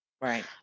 right